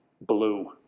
blue